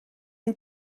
энэ